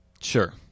Sure